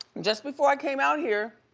just before i came out here,